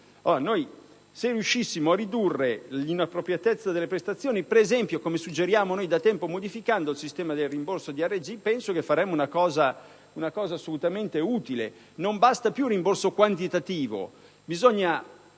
Se riuscissimo a ridurre l'inappropriatezza delle prestazioni, per esempio modificando, come suggeriamo da tempo, il sistema del rimborso DRG penso faremmo qualcosa di assolutamente utile. Non basta più il rimborso quantitativo, bisogna